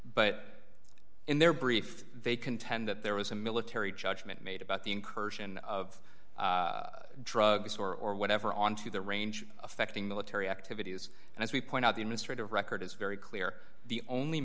but in their brief they contend that there was a military judgment made about the incursion of drugs or whatever onto the range affecting military activities and as we point out the administrative record is very clear the only